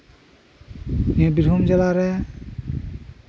ᱵᱤᱨᱵᱷᱩᱢ ᱡᱮᱞᱟᱨᱮ